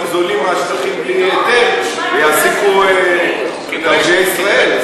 זולים מהשטחים בלי היתר ויעסיקו את ערביי ישראל.